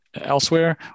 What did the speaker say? elsewhere